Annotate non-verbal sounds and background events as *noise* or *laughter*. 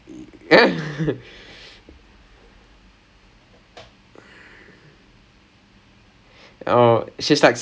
damn famous or something then she's like she's like err I mean then I ask her are you like super famous *laughs* something